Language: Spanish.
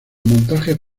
montajes